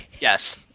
Yes